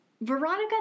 Veronica